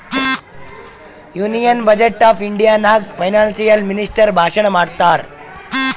union budget of India ನಾಗ್ financial minister ಭಾಷಣ್ ಮಾಡ್ತಾರ್